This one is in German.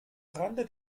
rande